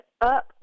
up